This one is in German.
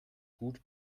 gut